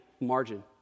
margin